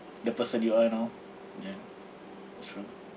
the person you are you now ya true